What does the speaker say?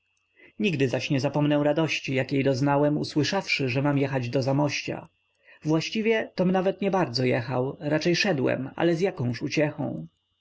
nigdy zaś nie zapomnę radości jakiej doznałem usłyszawszy że mam jechać do zamościa właściwie tom nawet niebardzo jechał raczej szedłem ale z jakąż uciechą